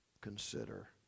consider